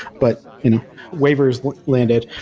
but you know waivers landed.